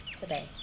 today